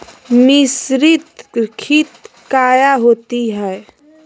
मिसरीत खित काया होती है?